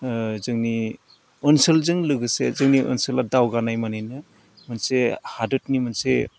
जोंनि ओनसोलजों लोगोसे जोंनि ओनसोला दावगानाय मानैनो मोनसे हादोरनि मोनसे